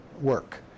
work